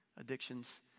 Addictions